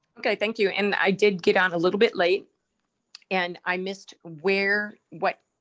okay, thank you, and i did get on a little bit late and i missed where, what